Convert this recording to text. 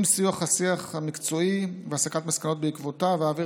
עם סיום השיח המקצועי והסקת מסקנות בעקבותיו אעביר